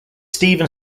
steven